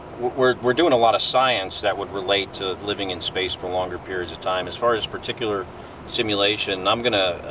we're we're doing a lot of science that would relate to living in space for longer periods of time. as far as particular simulation, i'm gonna,